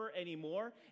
anymore